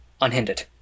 unhindered